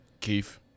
Keith